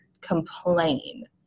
complain